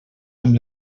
amb